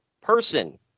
person